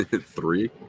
Three